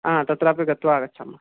हा तत्रापि गत्वा आगच्छामः